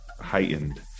heightened